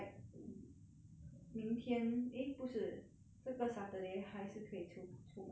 明天 eh 不是这个 saturday 还是可以出出门 and like 很迟